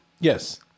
Yes